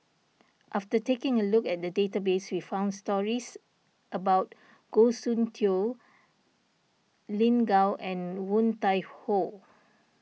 after taking a look at the database we found stories about Goh Soon Tioe Lin Gao and Woon Tai Ho